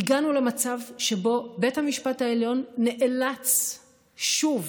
הגענו למצב שבו בית המשפט העליון נאלץ שוב